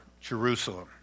Jerusalem